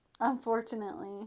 unfortunately